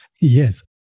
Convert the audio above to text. Yes